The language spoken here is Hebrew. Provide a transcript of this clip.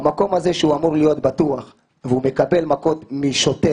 במקום הזה שהוא אמור להיות בטוח והוא מקבל מכות משוטר,